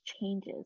changes